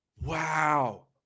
Wow